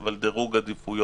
אבל יש דירוג על פי עדיפויות.